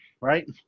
right